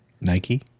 nike